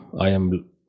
IAM